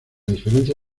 diferencia